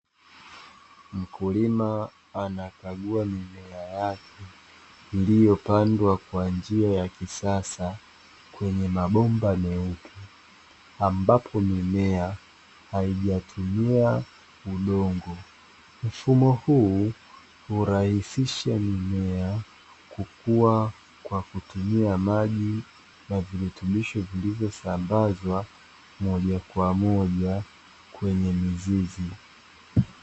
Mkulima anakagua mimea yake iliyopandwa kwa njia ya kisasa kwenye mabomba meupe, ambapo mimea haijatumia udongo. Mfumo huu urahisisha mimea kukua kwa kutumia maji na virutubisho vilivyosambazwa moja kwa moja kwenye mizizi.